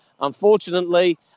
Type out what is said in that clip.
unfortunately